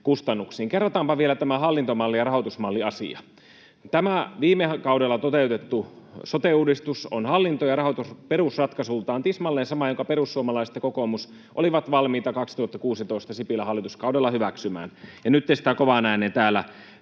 Kerrataanpa vielä tämä hallintomalli- ja rahoitusmalliasia. Viime kaudella toteutettu sote-uudistus on hallinto- ja perusratkaisultaan tismalleen sama, jonka perussuomalaiset ja kokoomus olivat valmiita 2016 Sipilän hallituskaudella hyväksymään, ja nyt te sitä kovaan ääneen täällä